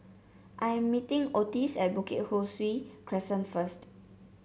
I am meeting Otis at Bukit Ho Swee Crescent first